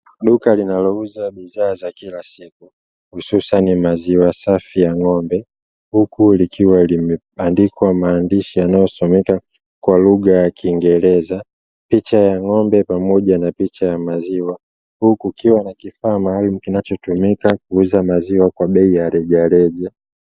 Duka linalouza bidhaa za kila siku, hususa ni maziwa Safi ya ng'ombe huku likiwa limeandikwa maandishi yanayosomeka kwa lugha ya kiingereza, picha ya ngo'mbe pamoja na picha ya maziwa, huku kukiwa na kifaa kinachotumika kuuza maziwa kwa Bei ya rejareja.